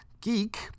Geek